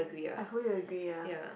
I fully agree ya